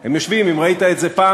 הם יושבים, אם ראית את זה פעם.